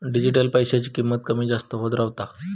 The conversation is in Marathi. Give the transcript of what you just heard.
डिजिटल पैशाची किंमत कमी जास्त होत रव्हता